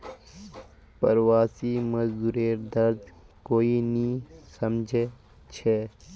प्रवासी मजदूरेर दर्द कोई नी समझे छे